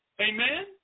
Amen